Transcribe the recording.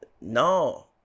no